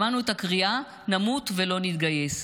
שמענו את הקריאה: נמות ולא נתגייס.